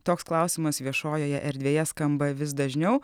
toks klausimas viešojoje erdvėje skamba vis dažniau